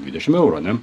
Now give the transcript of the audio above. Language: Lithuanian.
dvidešim eurų ane